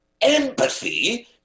Empathy